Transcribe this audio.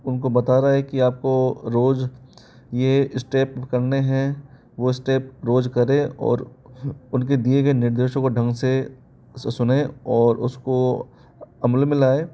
उनको बता रहा है कि आपको रोज यह स्टेप करने हैं वो स्टेप रोज करें और उनके दिए गए निर्देशों को ढंग से सुने और उसको अमल में लाए